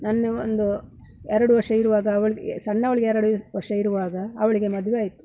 ನನ್ನ ಒಂದು ಎರಡು ವರ್ಷ ಇರುವಾಗ ಅವಳಿಗೆ ಸಣ್ಣವಳಿಗೆ ಎರಡು ವರ್ಷ ಇರುವಾಗ ಅವಳಿಗೆ ಮದುವೆ ಆಯಿತು